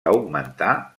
augmentar